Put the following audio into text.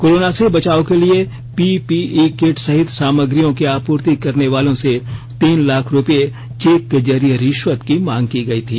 corona से बचाव के लिए पीपीई किट सहित सामग्रियों की आपुर्ति करने वालों से तीन लाख रूपये चेक के जरिये रिश्वत की मांग की गई थी